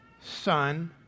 Son